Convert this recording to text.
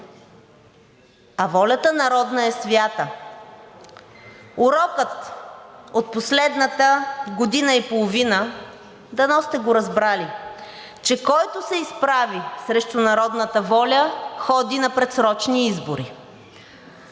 А волята народна е свята! Урокът от последната година и половина, дано сте го разбрали, че който се изправи срещу народната воля, ходи на предсрочни избори.